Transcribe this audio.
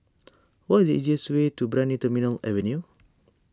what is the easiest way to Brani Terminal Avenue